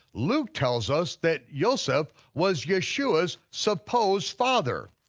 luke tells us that yoseph was yeshua's supposed father.